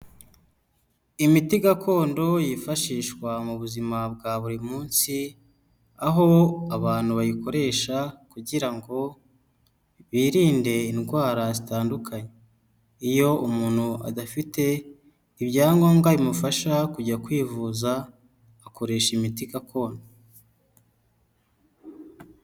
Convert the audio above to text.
Imiti gakondo yifashishwa mu buzima bwa buri munsi aho abantu bayikoresha kugira ngo birinde indwara zitandukanye, iyo umuntu adafite ibyangombwa bimufasha kujya kwivuza akoresha imiti gakondo.